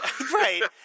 Right